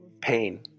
pain